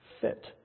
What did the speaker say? fit